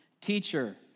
Teacher